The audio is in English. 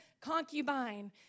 concubine